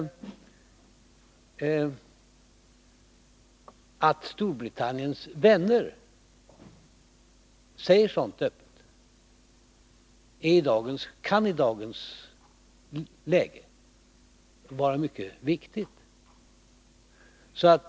Att Storbritanniens vänner säger sådant öppet kan i dagens läge vara mycket viktigt.